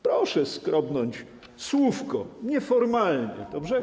Proszę skrobnąć słówko, nieformalnie, dobrze.